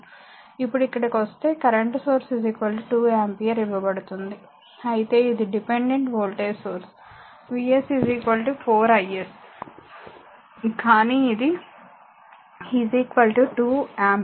ఇప్పుడు ఇక్కడకు వస్తే కరెంట్ సోర్స్ 2 ఆంపియర్ ఇవ్వబడుతుంది అయితే ఇది dependent voltage source V s 4 is కానీ ఇది 2 ఆంపియర్